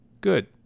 Good